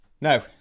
no